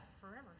Forever